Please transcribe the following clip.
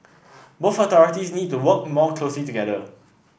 both authorities need to work more closely together